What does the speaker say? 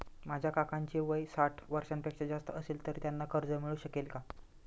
माझ्या काकांचे वय साठ वर्षांपेक्षा जास्त असेल तर त्यांना कर्ज मिळू शकेल का?